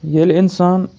ییٚلہِ اِنسان